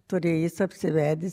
turėjo jis apsivedęs